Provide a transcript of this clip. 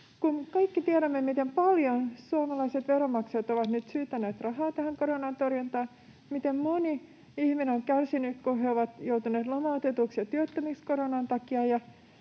Kaikki tiedämme, miten paljon suomalaiset veronmaksajat ovat nyt syytäneet rahaa tähän koronan torjuntaan, miten moni ihminen on kärsinyt, kun on joutunut lomautetuksi ja työttömäksi koronan takia,